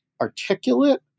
articulate